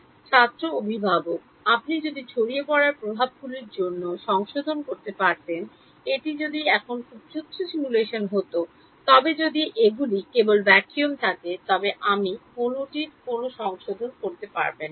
ছাত্র অভিভাবক আপনি যদি ছড়িয়ে পড়ার প্রভাবগুলির জন্য সংশোধন করতে পারতেন এটি যদি এখন খুব তুচ্ছ সিমুলেশন হত তবে যদি এগুলি কেবল ভ্যাকুয়াম থাকে তবে আপনি কোনওটির জন্য সংশোধন করতে পারবেন